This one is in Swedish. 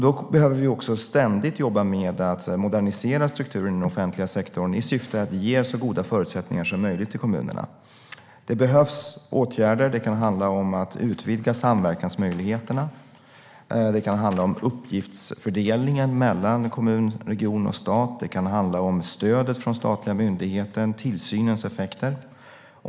Vi behöver också ständigt jobba med att modernisera strukturen i den offentliga sektorn i syfte att ge kommunerna så goda förutsättningar som möjligt. Det behövs åtgärder. Det kan handla om att utvidga samverkansmöjligheterna. Det kan handla om uppgiftsfördelningen mellan kommun, region och stat. Det kan handla om stödet från statliga myndigheter och tillsynens effekter.